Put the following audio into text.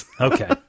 Okay